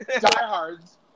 diehards